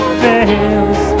fails